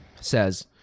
says